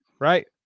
right